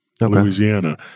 Louisiana